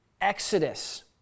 Exodus